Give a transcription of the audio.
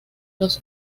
los